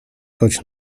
choć